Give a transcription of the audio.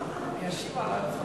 וישיב על ההצעות.